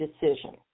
decision